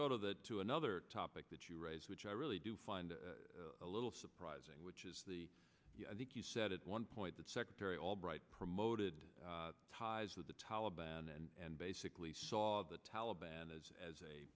go to that to another topic that you raised which i really do find a little surprising which is the i think you said at one point that secretary albright promoted ties with the taliban and basically saw the taliban as as a